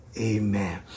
Amen